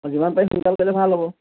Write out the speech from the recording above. অঁ যিমান পাৰে সোনকালে কৰিলে ভাল হ'ব